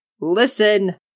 listen